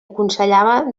aconsellava